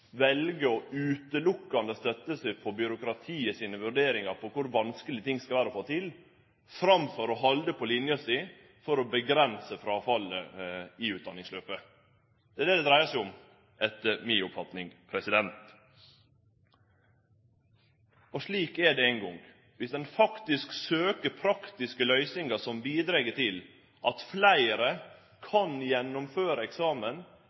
utelukkande vel å støtte seg på byråkratiet sine vurderingar av kor vanskeleg ting skal vere å få til, framfor å halde på linja si for å avgrense fråfallet i utdanningsløpet. Det er det dette dreiar seg om, etter mi oppfatning. Og slik er det no eingong: Dersom ein faktisk søkjer praktiske løysingar som bidreg til at fleire kan gjennomføre eksamen